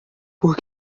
por